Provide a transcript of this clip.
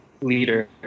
leader